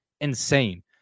insane